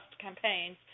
campaigns